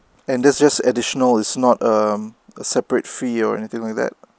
and that's just additional it's not um separate fee or anything like that